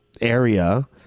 area